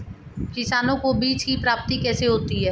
किसानों को बीज की प्राप्ति कैसे होती है?